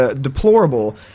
deplorable